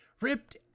ripped